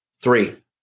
three